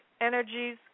energies